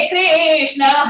Krishna